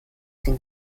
den